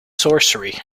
sorcery